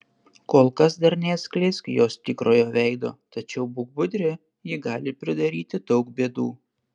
kol kas dar neatskleisk jos tikrojo veido tačiau būk budri ji gali pridaryti daug bėdų